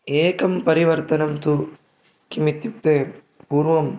एकं परिवर्तनं तु किमित्युक्ते पूर्वं